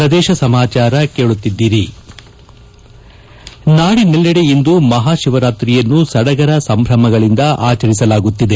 ಪ್ರದೇಶ ಸಮಾಚಾರ ಕೇಳುತ್ತಿದ್ದೀರಿ ನಾಡಿನೆಲ್ಲೆಡೆ ಇಂದು ಮಹಾ ಶಿವರಾತ್ರಿಯನ್ನು ಸಡಗರ ಸಂಭ್ರಮಗಳಿಂದ ಆಚರಿಸಲಾಗುತ್ತಿದೆ